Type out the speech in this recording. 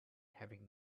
having